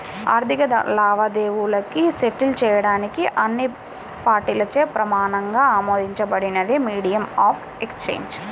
ఆర్థిక లావాదేవీలను సెటిల్ చేయడానికి అన్ని పార్టీలచే ప్రమాణంగా ఆమోదించబడినదే మీడియం ఆఫ్ ఎక్సేంజ్